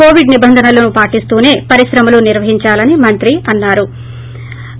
Covid నిబంధనలు పాటిస్తూసే పరిశ్రమలు నిర్వహించాలని మంత్రి అన్నా రు